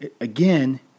again